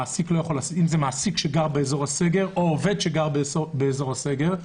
אם זה מעסיק שגר באזור הסגר או עובד שגר באזור הסגר,